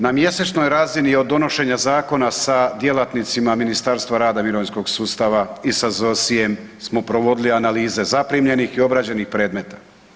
Na mjesečnoj razini od donošenja zakona sa djelatnicima Ministarstva rada, mirovinskog sustava i sa ZSOSI-em smo provodili analize zaprimljenih i obrađenih predmeta.